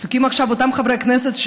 ועסוקים עכשיו אותם חברי כנסת.